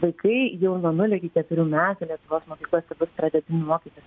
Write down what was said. vaikai jau nuo nulio iki keturių metų lietuvos mokyklose bus pradedami mokyti